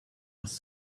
was